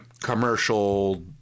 commercial